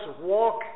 walk